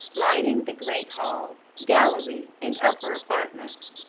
lighting the great hall, gallery, and upper apartments.